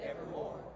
Evermore